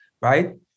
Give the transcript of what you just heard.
right